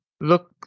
look